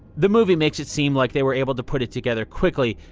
the movie makes it seem like they were able to put it together quickly,